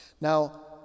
Now